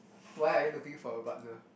why are you looking for a partner